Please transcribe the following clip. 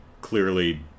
clearly